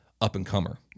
up-and-comer